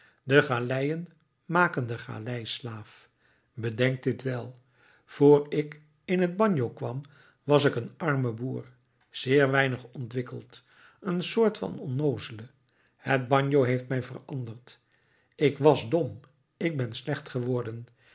de galeien maken den galeislaaf bedenkt dit wel vr ik in het bagno kwam was ik een arme boer zeer weinig ontwikkeld een soort van onnoozele het bagno heeft mij veranderd ik was dom ik ben slecht geworden